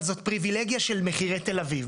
אבל זאת פריבילגיה של מחירי תל אביב.